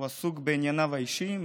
הוא עסוק בענייניו האישיים,